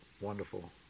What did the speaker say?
wonderful